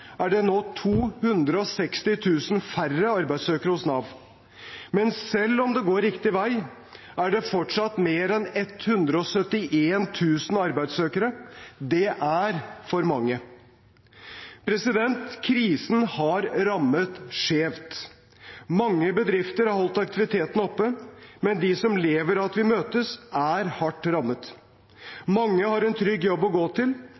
er det nå 260 000 færre arbeidssøkere hos Nav. Men selv om det går riktig vei, er det fortsatt mer enn 171 000 arbeidssøkere. Det er for mange. Krisen har rammet skjevt. Mange bedrifter har holdt aktiviteten oppe, men de som lever av at vi møtes, er hardt rammet. Mange har en trygg jobb å gå til,